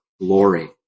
glory